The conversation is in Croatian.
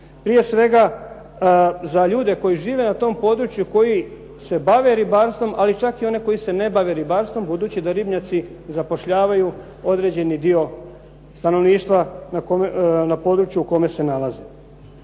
Prije svega, za ljude koji žive na tom području koji se bave ribarstvom, ali čak i one koji se ne bave ribarstvom budući da ribnjaci zapošljavaju određeni dio stanovništva na području u kome se nalaze.